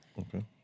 Okay